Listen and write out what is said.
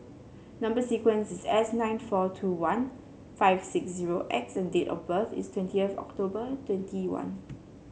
number sequence is S nine four two one five six zero X and date of birth is twenty October twenty one